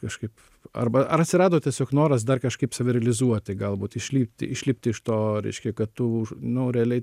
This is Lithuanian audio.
kažkaip arba ar atsirado tiesiog noras dar kažkaip save realizuoti galbūt išlipti išlipti iš to reiškia kad tu už nu realiai